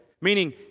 Meaning